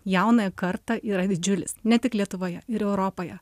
jaunąją kartą yra didžiulis ne tik lietuvoje ir europoje